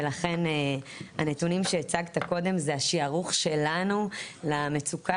ולכן הנתונים שהצגת קודם זה השיערוך שלנו למצוקה